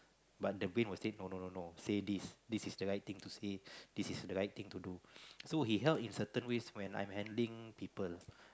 but the brain will say no no no no say this this is the right thing to see this is right thing to do so he help in certain ways when I'm handling people